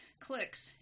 clicks